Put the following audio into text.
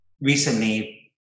recently